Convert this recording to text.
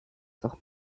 doch